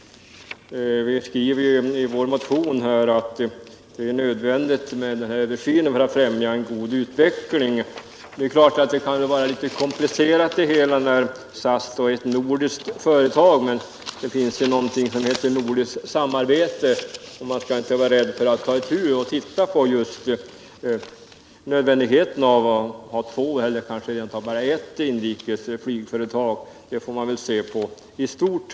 Vi skriver i vår motion att det är nödvändigt med en översyn för att främja en god utveckling. Det kan naturligtvis vara litet komplicerat, eftersom SAS är ett nordiskt företag. Men det finns ju någonting som heter nordiskt samarbete, och man skall inte vara rädd för att ta itu med denna fråga och undersöka om det inte är nödvändigt att vi får kanske bara ett inrikesflygföretag. Man måste se på denna fråga i stort.